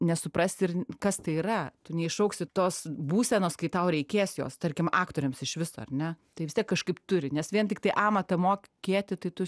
nesuprasi ir kas tai yra tu neiššauksi tos būsenos kai tau reikės jos tarkim aktoriams iš viso ar ne tai vis tiek kažkaip turi nes vien tiktai amatą mokėti tai tu